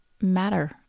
matter